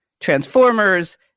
transformers